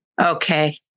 Okay